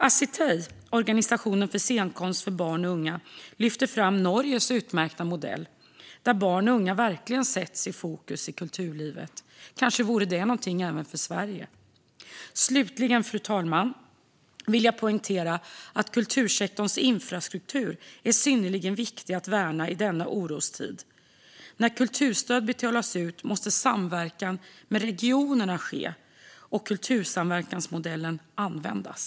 Assitej, organisationen för scenkonst för barn och unga, lyfter fram Norges utmärkta modell, där barn och unga verkligen sätts i fokus i kulturlivet. Kanske vore detta något även för Sverige. Slutligen, fru talman, vill jag poängtera att kultursektorns infrastruktur är synnerligen viktig att värna i denna orostid. När kulturstöd betalas ut måste samverkan med regionerna ske och kultursamverkansmodellen användas.